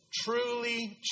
Truly